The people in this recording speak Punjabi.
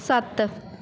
ਸੱਤ